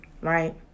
right